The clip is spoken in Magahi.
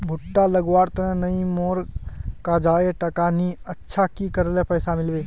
भुट्टा लगवार तने नई मोर काजाए टका नि अच्छा की करले पैसा मिलबे?